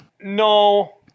No